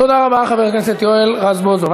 תודה רבה, חבר הכנסת יואל רזבוזוב.